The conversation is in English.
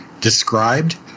described